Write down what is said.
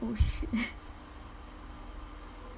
oh shit